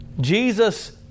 Jesus